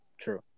True